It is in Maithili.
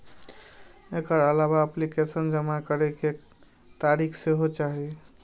एकर अलावा एप्लीकेशन जमा करै के तारीख सेहो चाही